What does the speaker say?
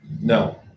No